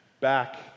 back